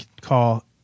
call